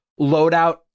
loadout